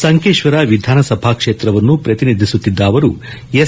ಸಂಕೇಶ್ವರ ವಿಧಾನಸಭಾ ಕ್ಷೇತ್ರವನ್ನು ಪ್ರತಿನಿಧಿಸುತ್ತಿದ್ದ ಇವರು ಎಸ್